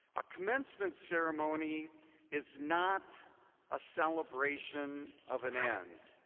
a commencement ceremony is not a celebration of an end.